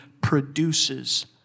produces